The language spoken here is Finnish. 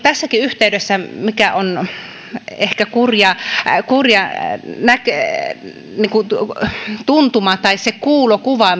tässäkin yhteydessä tulee se mikä on ehkä kurja tuntuma tai kuulokuva